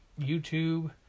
youtube